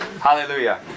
Hallelujah